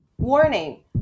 Warning